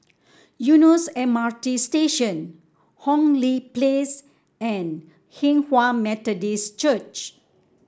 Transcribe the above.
Eunos M R T Station Hong Lee Place and Hinghwa Methodist Church